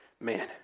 man